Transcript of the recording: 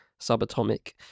subatomic